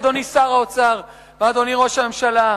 אדוני שר האוצר ואדוני ראש הממשלה,